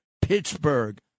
pittsburgh